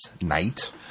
night